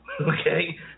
Okay